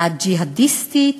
הג'יהאדיסטית